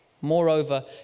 Moreover